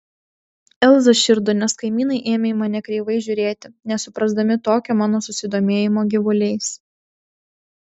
elza širdo nes kaimynai ėmė į mane kreivai žiūrėti nesuprasdami tokio mano susidomėjimo gyvuliais